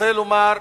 רוצה לומר,